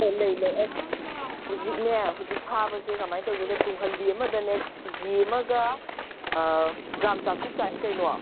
ꯑꯧ ꯂꯩ ꯂꯩ ꯑꯁ ꯍꯧꯖꯤꯛꯅꯦ ꯍꯧꯖꯤꯛ ꯐꯥꯕꯁꯦ ꯀꯃꯥꯏꯅ ꯇꯧꯒꯦꯗ ꯇꯨꯡꯍꯟꯕꯤ ꯑꯃꯗꯅꯦ ꯀꯦ ꯖꯤ ꯑꯃꯒ ꯒ꯭ꯔꯥꯝ ꯆꯥꯇ꯭ꯔꯨꯛ ꯇꯥꯏ ꯀꯩꯅꯣ